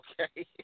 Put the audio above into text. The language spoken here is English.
okay